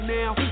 now